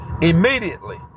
immediately